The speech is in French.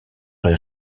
est